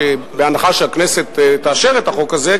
בהנחה שהכנסת תאשר את החוק הזה,